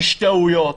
יש טעויות,